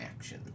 action